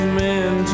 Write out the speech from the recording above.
men